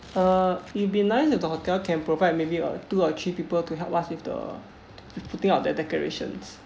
uh it'd be nice if the hotel can provide maybe uh two or three people to help us with the with putting up the decorations